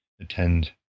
attend